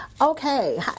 okay